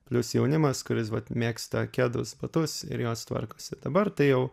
plius jaunimas kuris vat mėgsta kedus batus ir juos tvarkosi dabar tai jau